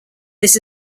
this